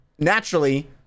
Naturally